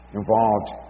involved